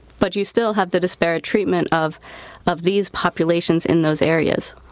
but you still have the disparate treatment of of these populations in those areas.